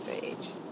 page